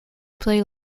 play